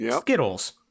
Skittles